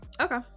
Okay